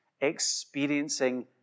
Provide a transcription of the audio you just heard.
experiencing